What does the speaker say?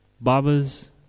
babas